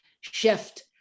shift